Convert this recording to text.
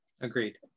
agreed